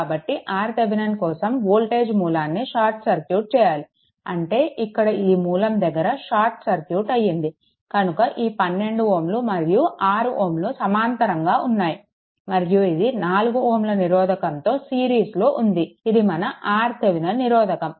కాబట్టి RThevenin కోసం voltage మూలాన్ని షార్ట్ సర్క్యూట్ చేయాలి అంటే ఇక్కడ ఈ మూలం దగ్గర షార్ట్ సర్క్యూట్ అయ్యింది కనుక ఈ 12 Ω మరియు ఈ 6 Ω సమాంతరంగా ఉన్నాయి మరియు ఇది 4Ω నిరోధకంతో సిరీస్లో ఉంది ఇది మన RThevenin నిరోధకం